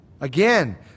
Again